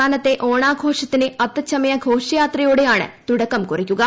സംസ്ഥാനത്തെ ഓണാഘോഷത്തിന് അത്തച്ചമയ ഘോഷയാത്രയോടെയാണ് തുടക്കം കുറിക്കുക